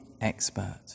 expert